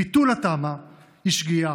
ביטול התמ"א הוא שגיאה.